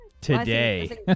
today